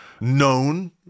known